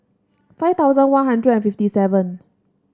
five thousand One Hundred and fifty seven